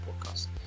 Podcast